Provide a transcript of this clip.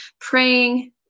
praying